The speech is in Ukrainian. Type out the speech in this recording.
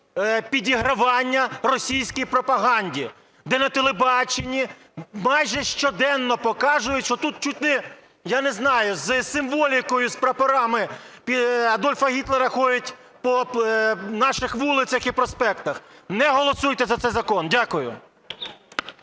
підігравання російській пропаганді, де на телебаченні майже щоденно показують, що тут чуть не… я не знаю, з символікою, з прапорами Адольфа Гітлера ходять по наших вулицях і проспектах. Не голосуйте за цей закон. Дякую.